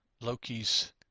Loki's